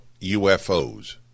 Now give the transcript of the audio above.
UFOs